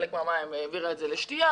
חלק מהמים העבירה לשתייה